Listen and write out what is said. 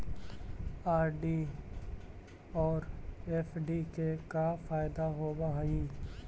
RD और FD के का फायदा होव हई?